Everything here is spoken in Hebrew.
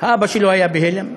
האבא שלו היה בהלם,